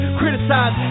criticize